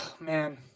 Man